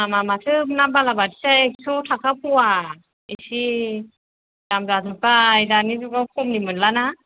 दामा माथो ना बालाबाथियाआ एक्स' थाखा फ'वा एसे दाम जाजोब्बाय दानि जुगाव खमनि मोनला ना